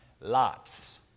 lots